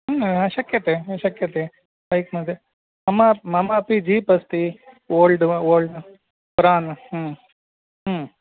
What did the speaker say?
अ शक्यते शक्यते बैक्मध्ये मम ममापि जीप् अस्ति ओल्ड् ओल्ड् पुरान